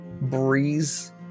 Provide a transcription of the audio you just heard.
breeze